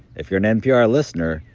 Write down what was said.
if you're an npr listener,